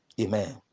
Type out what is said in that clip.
amen